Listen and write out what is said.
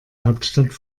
hauptstadt